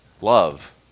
love